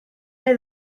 neu